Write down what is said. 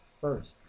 first